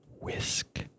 whisk